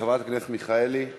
חברת הכנסת מיכאלי,